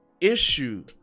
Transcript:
issue